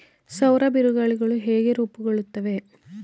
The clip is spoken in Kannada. ಸೌರ ಬಿರುಗಾಳಿಗಳು ಹೇಗೆ ರೂಪುಗೊಳ್ಳುತ್ತವೆ?